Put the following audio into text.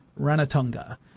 Ranatunga